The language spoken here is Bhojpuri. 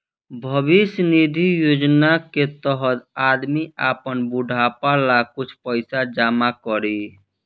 भविष्य निधि योजना के तहत आदमी आपन बुढ़ापा ला कुछ पइसा जमा करी